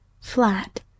flat